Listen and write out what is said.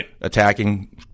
attacking